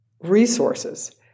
resources